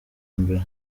mbere